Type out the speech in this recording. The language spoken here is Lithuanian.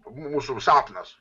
mūsų sapnas